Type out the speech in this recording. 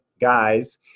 guys